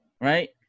Right